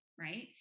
right